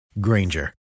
Granger